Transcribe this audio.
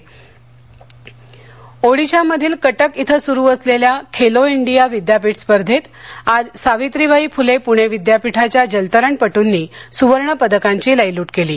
Khelo India Odisha मधील कटक इथं सुरु असलेल्या खेलो इंडिया विद्यापीठ स्पर्धेत आज सावित्रीबाई फुले पुणेविद्यापीठाच्या जलतरणपट्टनी सुवर्णपदकांची लयलूट केली